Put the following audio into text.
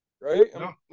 right